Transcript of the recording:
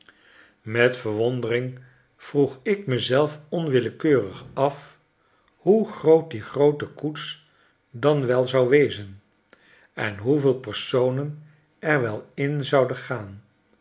met verwondering vroeg ik me zelf onwillekeurig af hoe groot die groote koets dan toch wel zou wezen en hoeveel personen erwelin zoude gaan